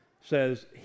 says